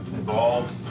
involves